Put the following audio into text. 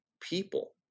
people